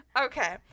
okay